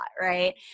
Right